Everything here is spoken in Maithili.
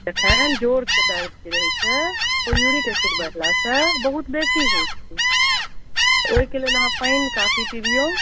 जखन जोरसँ दर्द रहै छै ओ यूरिक एसिड बढ़लासँ बहुत बेसी होइ छै ओहिके लेल अहाँ पानि काफी पिबिऔ